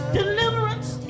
deliverance